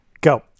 Go